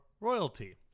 royalty